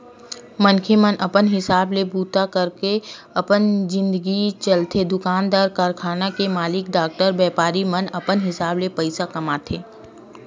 मनखे मन अपन हिसाब ले बूता करके अपन जिनगी चलाथे दुकानदार, कारखाना के मालिक, डॉक्टर, बेपारी मन अपन हिसाब ले पइसा कमाथे